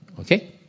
Okay